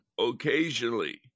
occasionally